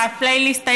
מה הפלייליסט.